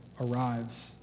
arrives